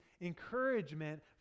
encouragement